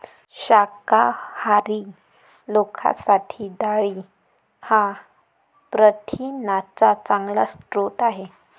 शाकाहारी लोकांसाठी डाळी हा प्रथिनांचा चांगला स्रोत आहे